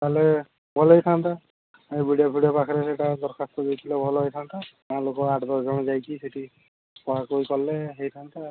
ତା'ହେଲେ ଭଲ ହୋଇଥାନ୍ତା ବି ଡ଼ି ଓ ଫିଡ଼ଓ ପାଖରେ ସେଇଟା ଦରଖାସ୍ତ ଦେଇଥିଲେ ଭଲ ହୋଇଥାନ୍ତା ଗାଁ ଲୋକ ଆଠ ଦଶ ଜଣ ଯାଇକି ସେଇଠି କୁହାକୁହି କଲେ ହୋଇଥାନ୍ତା